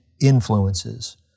influences